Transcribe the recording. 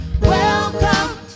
welcome